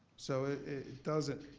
so it it doesn't